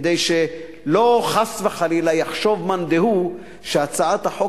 כדי שחס וחלילה לא יחשוב מאן דהוא שהצעת החוק